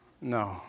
No